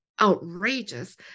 outrageous